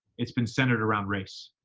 it's been centered around race.